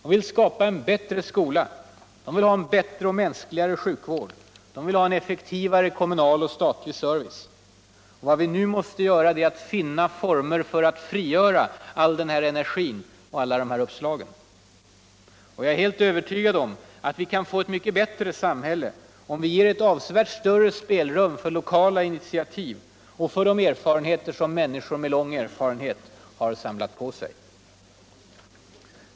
De vill skapa en bättre skola, en mänskligare sjukvård, en effektivare kommunal och statlig service. Vad vi nu måste göra är att finna former för att frigöra all denna energi, alla dessa uppslag. Jag är fast övertvgad om att vi kan få eu mycket bättre samhälle om vi ger avsevärt större spelrum för lokala initiativ och för de erfarenheter som människor med lång yrkesverksamhet har samlat på sig.